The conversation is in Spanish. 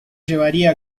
llevaría